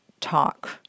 talk